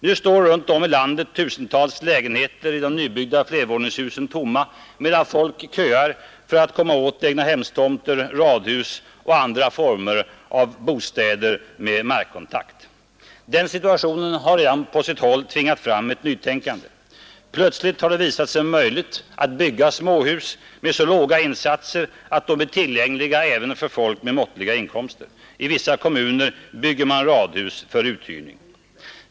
Nu står runt om i landet tusentals lägenheter i de nya flervåningshusen tomma, medan folk köar för att komma åt egnahemstomter, radhus eller andra former av bostäder med markkontakt. Den situationen har redan på sina håll tvingat fram ett nytänkande. Plötsligt har det visat sig möjligt att bygga småhus med så låga insatser att de är tillgängliga även för folk med måttliga inkomster. I vissa kommuner bygger man radhus för uthyrning.